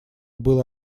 было